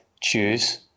choose